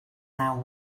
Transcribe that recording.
now